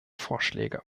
vorschläge